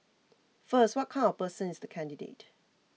first what kind of person is the candidate